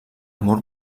mur